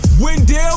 Wendell